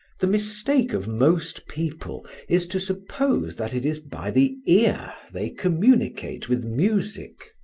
the mistake of most people is to suppose that it is by the ear they communicate with music,